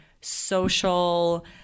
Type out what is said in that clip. social